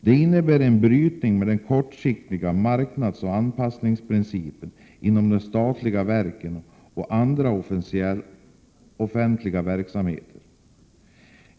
Det innebär en brytning med den kortsiktiga marknadsoch anpassningsprincipen inom de statliga verken och inom andra offentliga verksamheter.